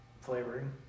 flavoring